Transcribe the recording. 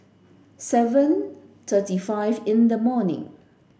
seven thirty five in the morning